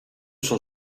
son